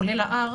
כולל ה-R,